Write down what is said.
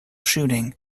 shooting